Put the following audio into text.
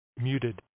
muted